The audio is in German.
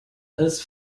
als